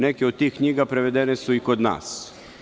Neke od tih knjiga prevedene su i kod nas.